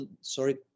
Sorry